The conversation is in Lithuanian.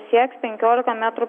sieks penkiolika metrų